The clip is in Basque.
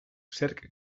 zerk